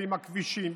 ועם הכבישים,